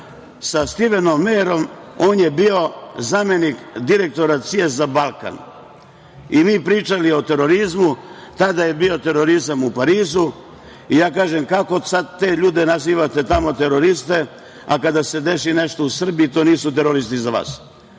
sa Stivenom Mejerom, on je bio zamenik direktora CIA za Balkan. I mi pričali o terorizmu. Tada je bio terorizam u Parizu. Ja kažem – kako sad te ljude nazivate tamo teroriste, a kada se desi nešto u Srbiji, to nisu teroristi za vas?